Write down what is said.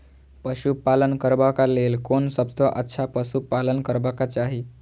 पशु पालन करबाक लेल कोन सबसँ अच्छा पशु पालन करबाक चाही?